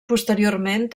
posteriorment